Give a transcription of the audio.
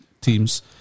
teams